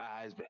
eyes